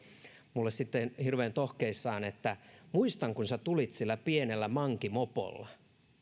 minulle hirveän tohkeissaan että muistan kun sä tulit sillä pienellä monkey mopolla niin